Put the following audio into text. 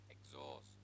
Exhaust